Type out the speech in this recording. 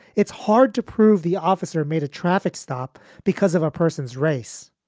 it's hard to prove the officer made a traffic stop because of a person's race.